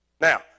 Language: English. Now